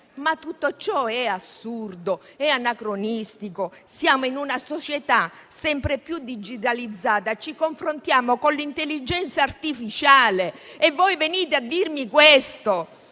Tutto ciò è assurdo e anacronistico. Siamo in una società sempre più digitalizzata, ci confrontiamo con l'intelligenza artificiale e voi venite a dirmi questo.